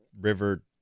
River